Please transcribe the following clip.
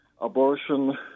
abortion